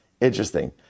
Interesting